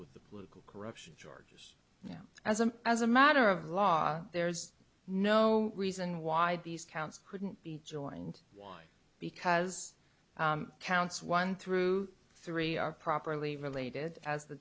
with the political corruption jars you know as a as a matter of law there's no reason why these counts couldn't be joined why because counts one through three are properly related as the